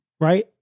right